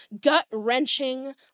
gut-wrenching